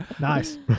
Nice